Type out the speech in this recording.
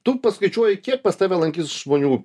tu paskaičiuoji kiek pas tave lankys žmonių